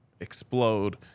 explode